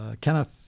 Kenneth